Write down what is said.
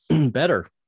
better